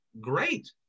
great